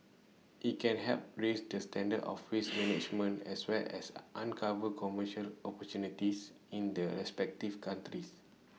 IT can help raise the standards of waste management as well as uncover commercial opportunities in the respective countries